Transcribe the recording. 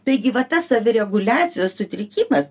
tai gi va tas savireguliacijos sutrikimas